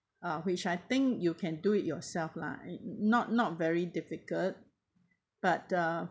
uh which I think you can do it yourself lah mm not not very difficult but uh